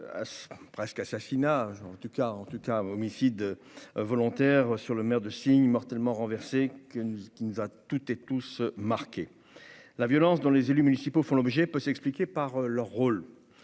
presque assassinat en tout cas, en tout cas, homicide volontaire sur le maire de signes mortellement renversé que nous ce qui nous a tous tes tous marqués la violence dans les élus municipaux font l'objet peut s'expliquer par leur rôle